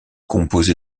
composé